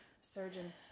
surgeon